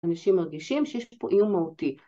‫אנשים מרגישים שיש פה איום מהותי.